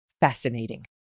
fascinating